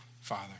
father